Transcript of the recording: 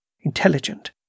intelligent